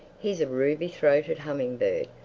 he's a ruby-throated humming-bird.